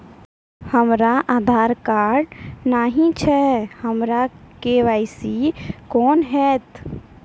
हमरा आधार कार्ड नई छै हमर के.वाई.सी कोना हैत?